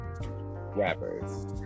rappers